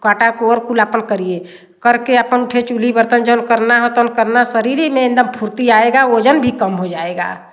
काटा अपन करिये करके अपन चुल्ही बर्तन जौन करना हो तौन करना शरीर ही में एकदम फुर्ती आएगा ओजन भी कम हो जाएगा